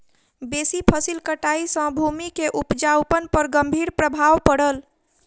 बेसी फसिल कटाई सॅ भूमि के उपजाऊपन पर गंभीर प्रभाव पड़ल